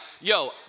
yo